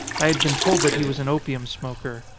i had been told that he was an opium-smoker.